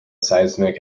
seismic